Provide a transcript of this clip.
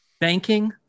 banking